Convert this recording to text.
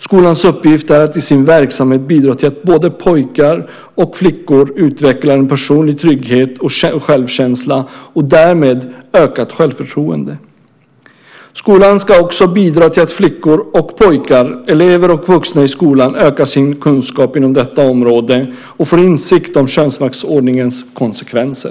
Skolans uppgift är att i sin verksamhet bidra till att både flickor och pojkar utvecklar en personlig trygghet och självkänsla och därmed ökat självförtroende. Skolan ska också bidra till att flickor och pojkar, elever och vuxna i skolan, ökar sin kunskap inom detta område och får insikt om könsmaktsordningens konsekvenser.